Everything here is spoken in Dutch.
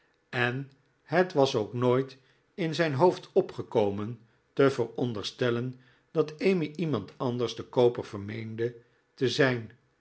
en het was ook nooit in zijn hoofd opgekomen te veronderstellen dat emmy iemand anders den kooper vermeende te zijn